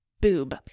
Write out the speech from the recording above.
boob